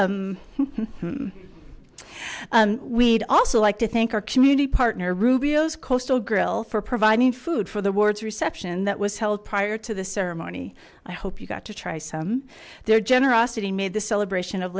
r we'd also like to thank our community partner rubio's coastal grill for providing food for the wards reception that was held prior to the ceremony i hope you got to try some their generosity made the celebration of